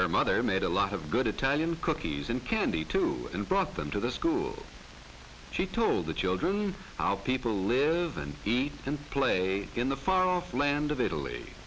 her mother made a lot of good italian cookies and candy too and brought them to the school she told the children how people live and eat and play in the far off land of italy